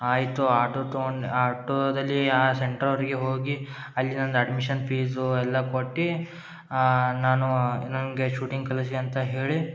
ಆಯಿತು ಆಟೊ ತಗೊಂಡು ಆಟೋದಲ್ಲಿ ಆ ಸೆಂಟರ್ವರ್ಗೆ ಹೋಗಿ ಅಲ್ಲಿ ನನ್ನದು ಅಡ್ಮಿಷನ್ ಫೀಸು ಎಲ್ಲ ಕೊಟ್ಟು ನಾನು ನನಗೆ ಶೂಟಿಂಗ್ ಕಲಿಸಿ ಅಂತ ಹೇಳಿ